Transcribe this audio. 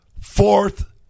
fourth